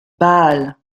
baal